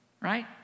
Right